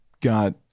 got